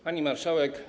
Pani Marszałek!